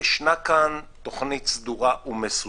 ישנה כאן תוכנית סדורה ומסודרת.